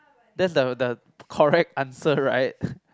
that's the the correct answer right